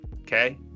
Okay